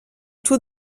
tout